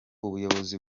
ubuyobozi